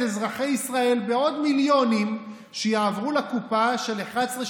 אזרחי ישראל בעוד מיליונים שיעברו לקופה של 11,